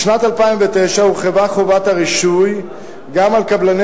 בשנת 2009 הורחבה חובת הרישוי גם לקבלני